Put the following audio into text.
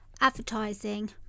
advertising